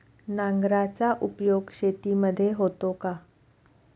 नांगराचा उपयोग शेतीमध्ये होतो का?